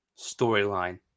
storyline